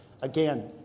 again